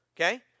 okay